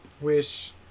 Wish